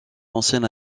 ancienne